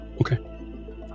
Okay